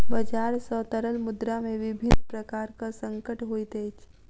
बजार सॅ तरल मुद्रा में विभिन्न प्रकारक संकट होइत अछि